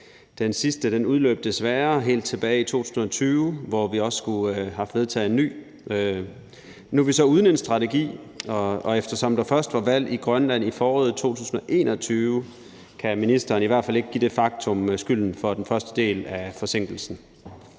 Den sidste udløb desværre helt tilbage i 2020, hvor vi også skulle have haft vedtaget en ny. Nu er vi så uden en strategi, og eftersom der først var valg i Grønland i foråret 2021, kan ministeren i hvert fald ikke give det faktum skylden for den første del af forsinkelsen.